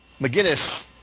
McGinnis